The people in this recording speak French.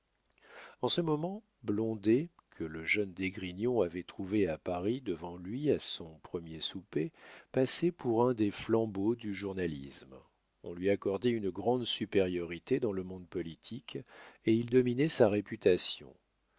en ce moment blondet que le jeune d'esgrignon avait trouvé à paris devant lui à son premier souper passait pour un des flambeaux du journalisme on lui accordait une grande supériorité dans le monde politique et il dominait sa réputation